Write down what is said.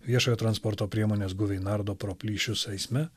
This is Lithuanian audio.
viešojo transporto priemonės guviai nardo pro plyšius eisme